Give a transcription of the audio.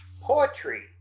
poetry